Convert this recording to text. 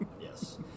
Yes